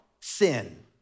sin